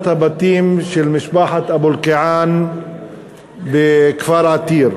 הבתים של משפחת אבו אלקיעאן בכפר עתיר.